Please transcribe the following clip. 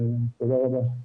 תודה רבה.